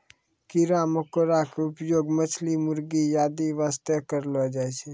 कीड़ा मकोड़ा के उपयोग मछली, मुर्गी आदि वास्तॅ करलो जाय छै